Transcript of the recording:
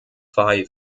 five